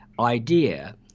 idea